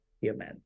human